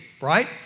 right